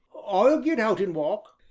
i'll get out and walk.